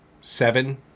seven